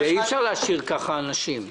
אי אפשר להשאיר ככה אנשים.